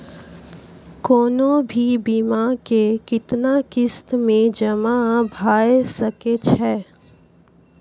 कोनो भी बीमा के कितना किस्त मे जमा भाय सके छै?